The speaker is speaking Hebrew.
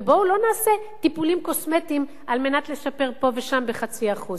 ובואו לא נעשה טיפולים קוסמטיים כדי לשפר פה ושם בחצי אחוז.